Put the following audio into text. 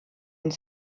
und